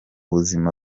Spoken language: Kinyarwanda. buzima